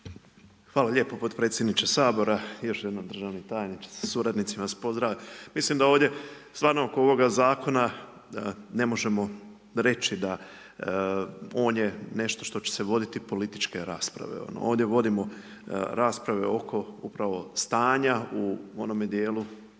Hvala lijepo potpredsjedniče Sabora. Još jednom, državni tajniče sa suradnicima … /ne razumije se/ … Mislim da ovdje stvarno oko ovoga zakona ne možemo reći da on je nešto što će se voditi političke rasprave. Ovdje vodimo rasprave oko upravo stanja u onome dijelu